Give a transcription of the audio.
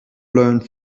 learned